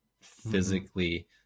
physically